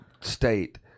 state